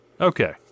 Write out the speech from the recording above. Okay